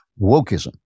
Wokeism